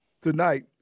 tonight